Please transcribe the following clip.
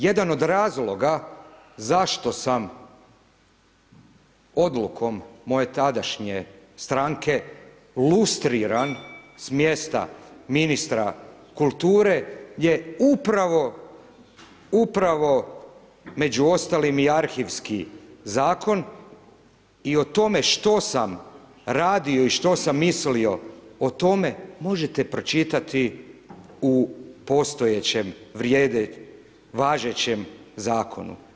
Jedan od razloga zašto sam odlukom moje tadašnje stranke lustriran s mjesta ministra kulture je upravo među ostalim i arhivski zakon, i o tome što sam radio i što sam mislio o tome možete pročitati u postojećem važećem zakonu.